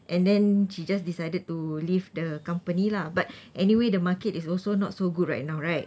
and then she just decided to leave the company lah but anyway the market is also not so good right now right